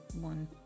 one